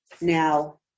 Now